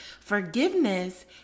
Forgiveness